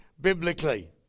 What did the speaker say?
biblically